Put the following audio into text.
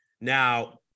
Now